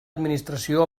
administració